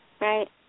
Right